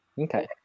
Okay